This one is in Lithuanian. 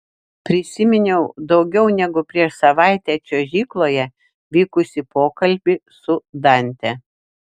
prisiminiau daugiau negu prieš savaitę čiuožykloje vykusį pokalbį su dante